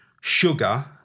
sugar